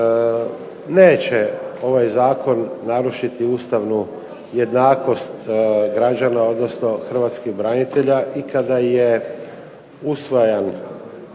Neće ovaj zakon narušiti ustavnu jednakost građana odnosno hrvatskih branitelja i kada je usvajan